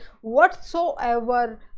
whatsoever